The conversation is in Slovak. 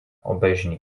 obežný